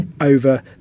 over